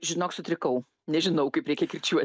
žinok sutrikau nežinau kaip reikia kirčiuot